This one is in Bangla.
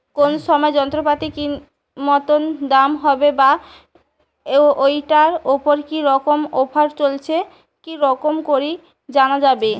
কোন সময় যন্ত্রপাতির কি মতন দাম হবে বা ঐটার উপর কি রকম অফার চলছে কি রকম করি জানা যাবে?